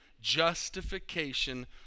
justification